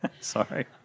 Sorry